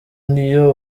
n’iyo